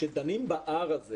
שכדנים ב-R זה